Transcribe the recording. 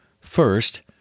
First